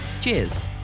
Cheers